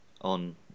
on